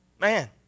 man